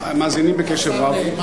מאזינים בקשב רב.